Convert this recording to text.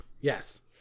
Yes